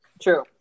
True